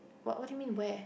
what would you mean where